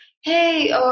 hey